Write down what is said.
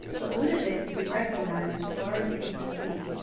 but ludovic could be recognized as far as he could be seen.